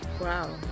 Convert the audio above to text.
Wow